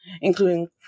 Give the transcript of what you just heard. including